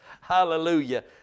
Hallelujah